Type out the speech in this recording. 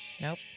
Nope